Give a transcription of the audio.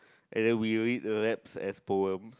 and then we read raps as poems